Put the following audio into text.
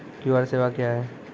QR सेवा क्या हैं?